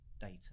data